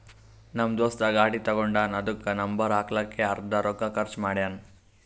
ನಮ್ ದೋಸ್ತ ಗಾಡಿ ತಗೊಂಡಾನ್ ಅದುಕ್ಕ ನಂಬರ್ ಹಾಕ್ಲಕ್ಕೆ ಅರ್ದಾ ರೊಕ್ಕಾ ಖರ್ಚ್ ಮಾಡ್ಯಾನ್